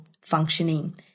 functioning